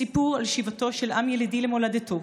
סיפור על שיבתו של עם ילידי למולדתו,